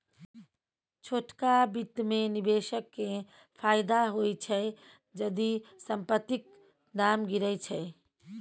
छोटका बित्त मे निबेशक केँ फायदा होइ छै जदि संपतिक दाम गिरय छै